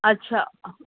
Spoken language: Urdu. اچھا